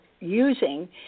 using –